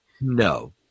No